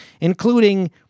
including